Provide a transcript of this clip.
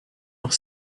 noch